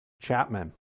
Chapman